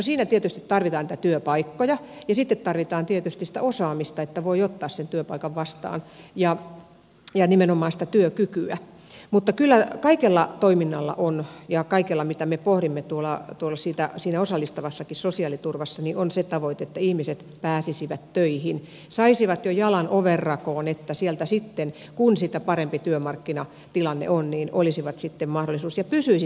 siinä tietysti tarvitaan niitä työpaikkoja ja sitten tarvitaan tietysti sitä osaamista että voi ottaa sen työpaikan vastaan ja nimenomaan sitä työkykyä mutta kyllä kaikella toiminnalla ja kaikella mitä me pohdimme tuolla siinä osallistavassakin sosiaaliturvassa on se tavoite että ihmiset pääsisivät töihin saisivat jo jalan ovenrakoon että sieltä sitten kun sitten parempi työmarkkinatilanne on olisi mahdollisuus ja pysyisi se työkunto